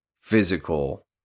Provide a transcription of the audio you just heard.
physical